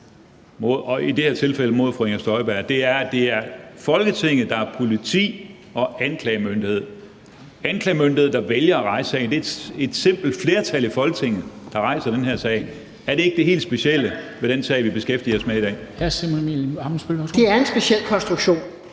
Det er en speciel konstruktion,